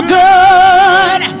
good